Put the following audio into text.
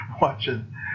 watching